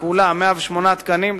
כולה 108 תקנים,